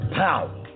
power